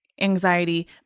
anxiety